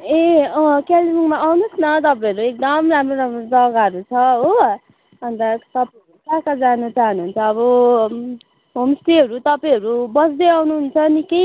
ए अँ कालिम्पोङमा आउनुहोस् न तपाईँहरू एकदम राम्रो राम्रो जग्गाहरू छ हो अन्त तप् कहाँ कहाँ जानु चाहनुहुन्छ अब होमस्टेहरू तपाईँहरू बस्दै आउनुहुन्छ नि कि